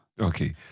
Okay